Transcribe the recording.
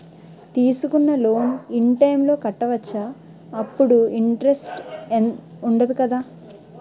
తీసుకున్న loan in time లో కట్టవచ్చ? అప్పుడు ఇంటరెస్ట్ వుందదు కదా?